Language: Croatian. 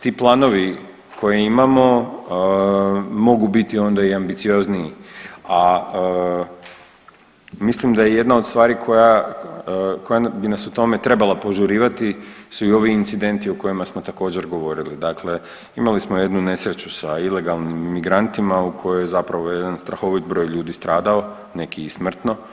Ti planovi koje imamo mogu biti onda i ambiciozniji, a mislim da je jedna od stvari koja, koja bi nas u tome trebala požurivati su i ovi incidenti o kojima smo također govorili, dakle imali smo jednu nesreću sa ilegalnim migrantima u kojoj je zapravo jedan strahovit broj ljudi stradao, neki i smrtno.